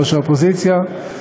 ראש האופוזיציה,